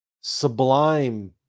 sublime